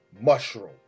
mushroom